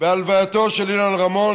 בהלווייתו של אילן רמון,